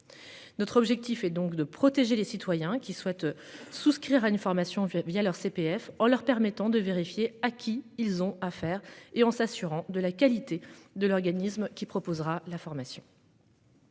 Notre objectif est donc de protéger les citoyens qui souhaitent souscrire à une formation via via leur CPF en leur permettant de vérifier à qui ils ont à faire et en s'assurant de la qualité de l'organisme qui proposera la formation.--